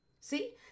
See